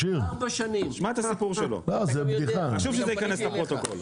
תשמע את הסיפור שלו, חשוב שזה ייכנס לפרוטוקול.